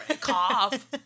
cough